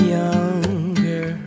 younger